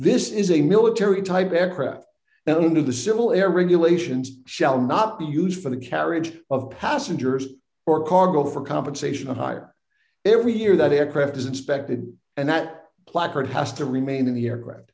this is a military type aircraft now into the civil air regulations shall not be used for the carriage of passengers or cargo for compensation of hire every year that aircraft is inspected and that placard has to remain in the aircraft